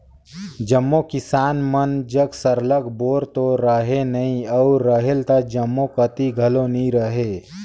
जम्मो किसान मन जग सरलग बोर तो रहें नई अउ रहेल त जम्मो कती घलो नी रहे